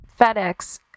FedEx